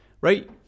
right